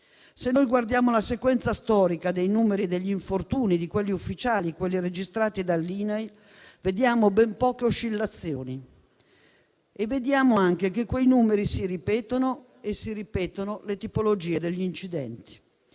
Se noi guardiamo la sequenza storica dei numeri degli infortuni, quelli ufficiali, quelli registrati dall'INAIL, vediamo ben poche oscillazioni e vediamo anche che quei numeri si ripetono e che si ripetono le tipologie degli incidenti.